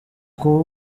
kuba